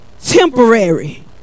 temporary